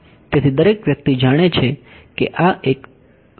તેથી દરેક વ્યક્તિ જાણે છે કે આ એક ફિઝિકલ ફીનોમીના છે